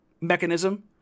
mechanism